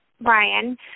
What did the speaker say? Brian